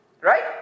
Right